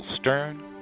Stern